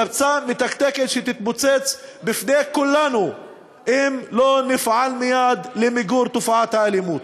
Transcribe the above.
פצצה מתקתקת שתתפוצץ בפני כולנו אם לא נפעל מייד למיגור תופעת האלימות.